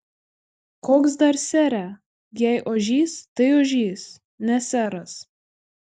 koks dar sere jei ožys tai ožys ne seras